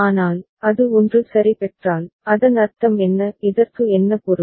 ஆனால் அது 1 சரி பெற்றால் அதன் அர்த்தம் என்ன இதற்கு என்ன பொருள்